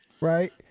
right